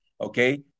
okay